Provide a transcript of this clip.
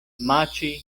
maĉi